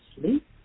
sleep